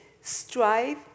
strive